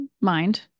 mind